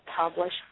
publish